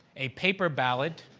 a paper ballot,